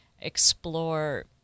explore